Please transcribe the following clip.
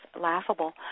laughable